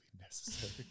necessary